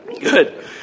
Good